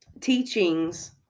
teachings